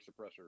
suppressor